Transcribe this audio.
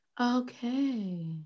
okay